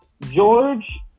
George